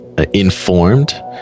informed